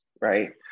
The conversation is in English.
right